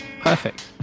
perfect